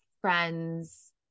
friends